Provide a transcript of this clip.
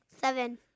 Seven